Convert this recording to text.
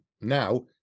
now